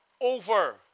over